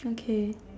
okay